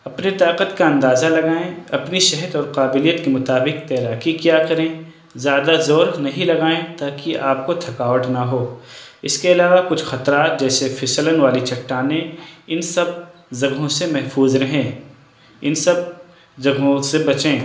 اپنے طاقت کا اندازہ لگائیں اپنی صحت اور قابلیت کے مطابق تیراکی کیا کریں زیادہ زور نہیں لگائیں تا کہ آپ کو تھکاوٹ نہ ہو اس کے علاوہ کچھ خطرات جیسے پھسلن والی چٹانیں ان سب جگہوں سے محفوظ رہیں ان سب جگہوں سے بچیں